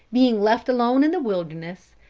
being left alone in the wilderness,